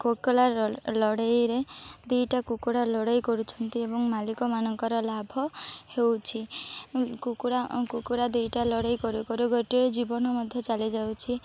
କୁକୁଡ଼ା ଲଢ଼େଇରେ ଦୁଇଟା କୁକୁଡ଼ା ଲଢ଼େଇ କରୁଛନ୍ତି ଏବଂ ମାଲିକ ମାନଙ୍କର ଲାଭ ହେଉଛି କୁକୁଡ଼ା କୁକୁଡ଼ା ଦୁଇଟା ଲଢ଼େଇ କରୁ କରୁ ଗୋଟିର ଜୀବନ ମଧ୍ୟ ଚାଲିଯାଉଛି